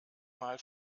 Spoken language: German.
mal